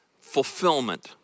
fulfillment